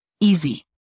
easy